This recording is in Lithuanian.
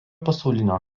pasaulinio